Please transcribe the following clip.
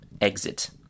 exit